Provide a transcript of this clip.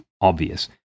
obvious